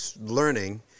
Learning